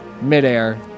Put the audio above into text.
Midair